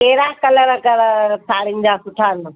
कहिड़ा colour colour साड़ियुनि जा सुठा आहिनि